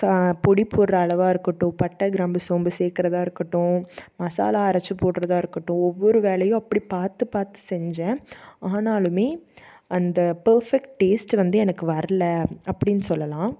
பொடி போடுற அளவாக இருக்கட்டும் பட்டை கிராம்பு சோம்பு சேர்க்குறதா இருக்கட்டும் மசாலா அரைச்சு போடுறதா இருக்கட்டும் ஒவ்வொரு வேலையும் அப்படி பார்த்து பார்த்து செஞ்சேன் ஆனாலும் அந்த பெர்ஃபெக்ட் டேஸ்ட்டு வந்து எனக்கு வர்லை அப்படினு சொல்லலாம்